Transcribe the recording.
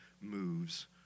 moves